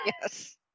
Yes